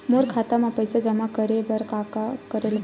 मोर खाता म पईसा जमा करे बर का का करे ल पड़हि?